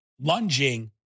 lunging